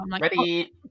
Ready